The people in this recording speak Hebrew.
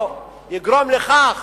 או יגרום לכך